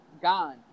gone